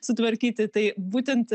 sutvarkyti tai būtent